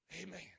Amen